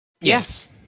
Yes